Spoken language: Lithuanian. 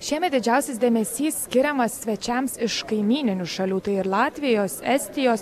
šiemet didžiausias dėmesys skiriamas svečiams iš kaimyninių šalių tai ir latvijos estijos